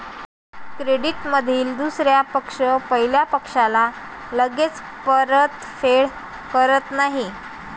क्रेडिटमधील दुसरा पक्ष पहिल्या पक्षाला लगेच परतफेड करत नाही